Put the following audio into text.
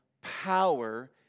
power